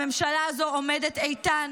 הממשלה הזו עומדת איתן